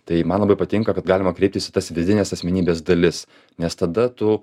tai man labai patinka kad galima kreiptis į tas vidines asmenybės dalis nes tada tu